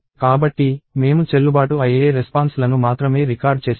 కాబట్టి మేము చెల్లుబాటు అయ్యే రెస్పాన్స్ లను మాత్రమే రికార్డ్ చేస్తాము